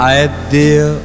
idea